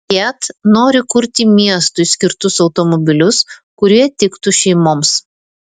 fiat nori kurti miestui skirtus automobilius kurie tiktų šeimoms